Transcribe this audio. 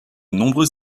nombreux